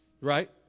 right